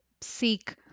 seek